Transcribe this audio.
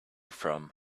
from